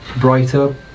Brighter